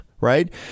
Right